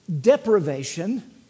deprivation